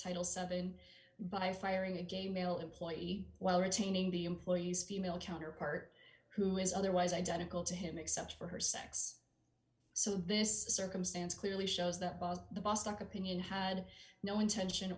title seven by firing a gay male employee while retaining the employee's female counterpart who is otherwise identical to him except for her sex so this circumstance clearly shows that the boston opinion had no intention